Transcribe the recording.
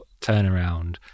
turnaround